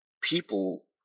people